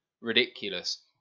ridiculous